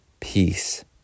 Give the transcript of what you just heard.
peace